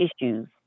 issues